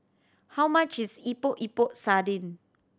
how much is Epok Epok Sardin